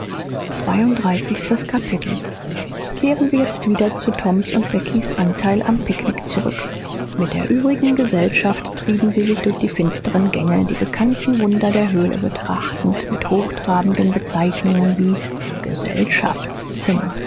zweiunddreißigstes kapitel kehren wir jetzt wieder zu toms und beckys anteil am picknick zurück mit der übrigen gesellschaft trieben sie sich durch die finsteren gänge die bekannten wunder der höhle betrachtend mit hochtrabenden bezeichnungen wie